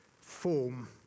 form